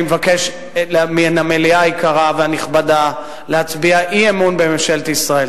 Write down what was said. אני מבקש מהמליאה היקרה והנכבדה להצביע אי-אמון בממשלת ישראל.